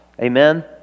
Amen